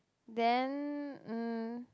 then mm